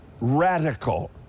radical